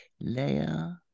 layer